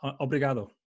obrigado